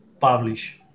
publish